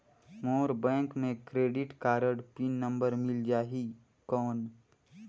मोर bank मे credit card PIN number मिल जाहि कौन?